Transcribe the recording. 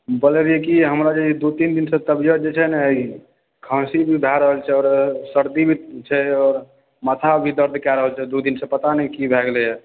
बोलै रहियै की हमरा जे ई दू तीन दिनसँ तबियत जे छै ने ई खाँसी भी जे भए रहल छै आओर सर्दी भी छै आओर माथा भी दर्द कऽ रहल छै दू दिनसँ पता नहि की भए गेलैया